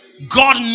God